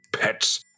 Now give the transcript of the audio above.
pets